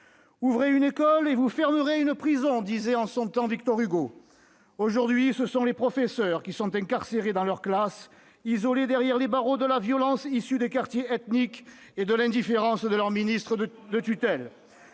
« Ouvrez une école, et vous fermerez une prison », disait en son temps Victor Hugo. Aujourd'hui, ce sont les professeurs qui sont incarcérés dans leur classe, isolés derrière les barreaux de la violence issue des quartiers ethniques et de l'indifférence de leur ministre de tutelle